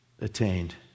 attained